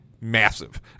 massive